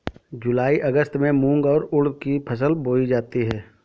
जूलाई अगस्त में मूंग और उर्द की फसल बोई जाती है